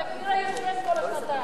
אתה רק ישן כל השנתיים.